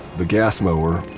the gas mower.